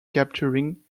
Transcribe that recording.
capturing